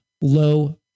low